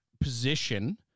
position